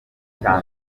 cya